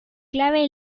clave